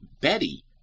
Betty